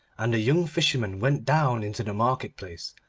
and the young fisherman went down into the market-place,